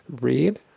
read